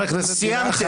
סיימתם.